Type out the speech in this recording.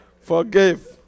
Forgive